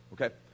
okay